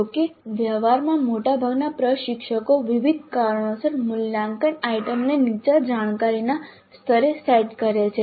જો કે વ્યવહારમાં મોટાભાગના પ્રશિક્ષકો વિવિધ કારણોસર મૂલ્યાંકન આઇટમને નીચા જાણકારીના સ્તરે સેટ કરે છે